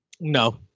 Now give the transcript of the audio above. No